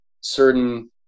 certain